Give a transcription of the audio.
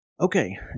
Okay